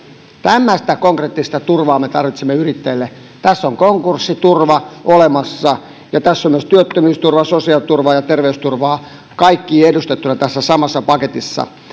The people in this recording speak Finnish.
tämmöistä konkreettista turvaa me tarvitsemme yrittäjille tässä on konkurssiturva olemassa ja tässä on myös työttömyysturva sosiaaliturva ja terveysturva kaikki edustettuina tässä samassa paketissa